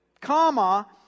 comma